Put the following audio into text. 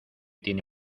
tiene